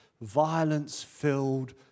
violence-filled